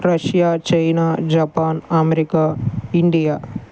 Russia China Japan America India